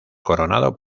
coronado